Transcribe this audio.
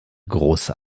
große